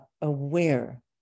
aware